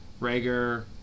Rager